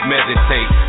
Meditate